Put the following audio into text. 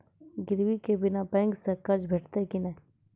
गिरवी के बिना बैंक सऽ कर्ज भेटतै की नै?